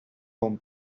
bon